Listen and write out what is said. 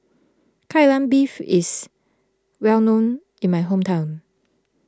Kai Lan Beef is well known in my hometown